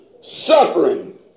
suffering